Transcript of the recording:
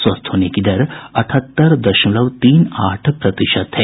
स्वस्थ होने की दर अठहत्तर दशमलव तीन आठ प्रतिशत है